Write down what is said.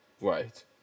right